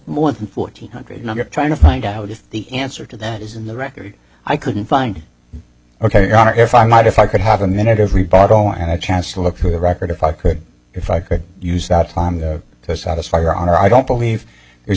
more than fourteen hundred number trying to find out if the answer to that is in the record i couldn't find ok if i'm not if i could have a minute every bottle and a chance to look through the record if i could if i could use that time to satisfy your honor i don't believe there's